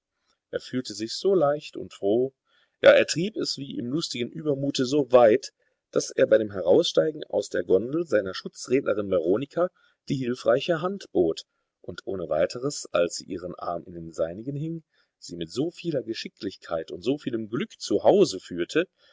er fühlte sich so leicht und froh ja er trieb es wie im lustigen übermute so weit daß er bei dem heraussteigen aus der gondel seiner schutzrednerin veronika die hilfreiche hand bot und ohne weiteres als sie ihren arm in den seinigen hing sie mit so vieler geschicklichkeit und so vielem glück zu hause führte